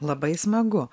labai smagu